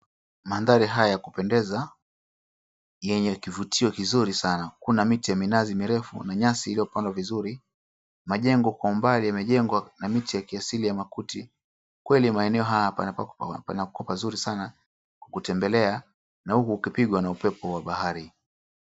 Mandhari haya ya kupendeza yenye kivutio kizuri sana na kuna miti ya minazi mirefu na nyasi iliyopandwa vizuru. Majengo kwa umbali yamejengwa na miti ya kiasili ya makuti. Kweli maeneo haya panako pazuri sana kutembelea na huku ukipigwa na upepo wa bahari.